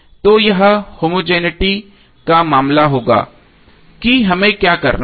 तो यह होमोजेनििटी का मामला होगा कि हमें क्या करना है